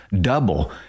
Double